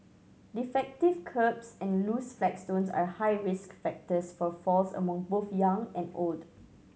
defective kerbs and loose flagstones are high risk factors for falls among both young and old